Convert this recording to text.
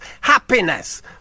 happiness